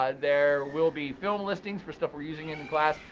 ah there will be film listing for stuff we're using in the class.